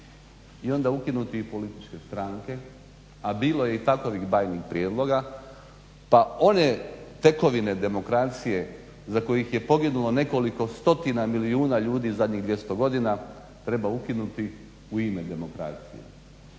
i onda ukinuti i političke stranke, a bilo je i takvih bajnih prijedloga pa one tekovine demokracije za kojih je poginulo nekoliko stotina milijuna ljudi u zadnjih 200 godina treba ukinuti u ime demokracije.